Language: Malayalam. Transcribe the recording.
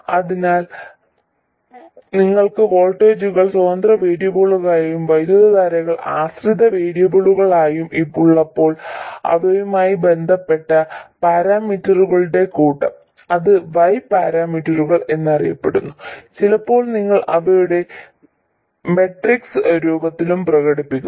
അതിനാൽ നിങ്ങൾക്ക് വോൾട്ടേജുകൾ സ്വതന്ത്ര വേരിയബിളുകളായും വൈദ്യുതധാരകൾ ആശ്രിത വേരിയബിളുകളായും ഉള്ളപ്പോൾ അവയുമായി ബന്ധപ്പെട്ട പാരാമീറ്ററുകളുടെ കൂട്ടം അത് y പാരാമീറ്ററുകൾ എന്നറിയപ്പെടുന്നു ചിലപ്പോൾ നിങ്ങൾ അവയെ മെട്രിക്സ് രൂപത്തിലും പ്രകടിപ്പിക്കുന്നു